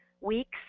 weeks